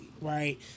right